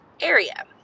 area